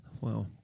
Wow